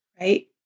right